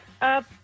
up